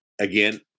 again